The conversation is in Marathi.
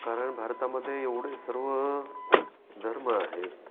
कारण भारतामध्ये एवढे सर्व धर्म आहेत